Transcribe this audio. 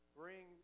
bring